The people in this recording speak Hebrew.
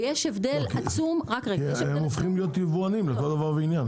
ויש הבדל עצום- -- הופכים להיות יבואנים לכל דבר ועניין.